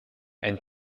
and